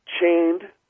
chained